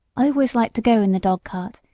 always liked to go in the dog-cart,